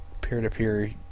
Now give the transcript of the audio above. peer-to-peer